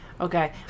Okay